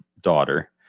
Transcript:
daughter